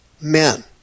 men